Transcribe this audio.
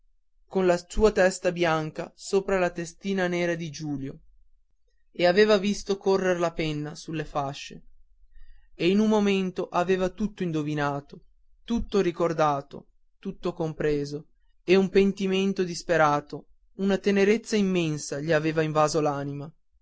con la sua testa bianca sopra la testina nera di giulio e aveva visto correr la penna sulle fasce e in un momento aveva tutto indovinato tutto ricordato tutto compreso e un pentimento disperato una tenerezza immensa gli aveva invaso